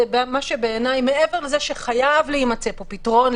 מעבר לזה שחייב להימצא פה פתרון,